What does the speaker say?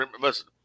listen